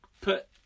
put